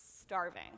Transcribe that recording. starving